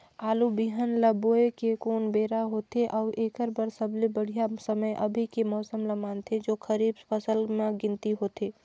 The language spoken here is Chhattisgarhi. आलू बिहान ल बोये के कोन बेरा होथे अउ एकर बर सबले बढ़िया समय अभी के मौसम ल मानथें जो खरीफ फसल म गिनती होथै?